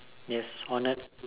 yes honoured